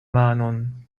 manon